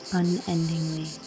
unendingly